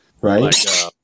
right